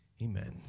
Amen